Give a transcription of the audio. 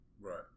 Right